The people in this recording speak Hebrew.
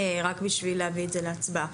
כדי להביא את זה להצבעה.